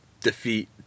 defeat